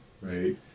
right